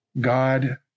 God